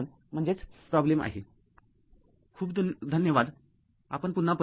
खूप धन्यवाद आपण पुन्हा परत येऊ